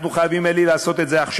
אנחנו חייבים, אלי, לעשות את זה עכשיו.